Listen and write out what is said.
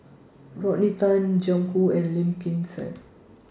Rodney Tan Jiang Hu and Lim Kim San